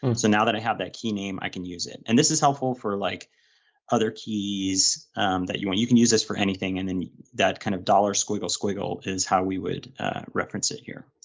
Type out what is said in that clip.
and now that i have that key name i can use it. and this is helpful for like other keys that you want, you can use this for anything, and and that kind of dollar squiggle squiggle is how we would reference it here.